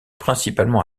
principalement